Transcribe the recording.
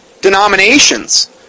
denominations